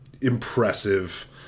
impressive